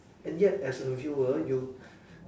and yet as a viewer you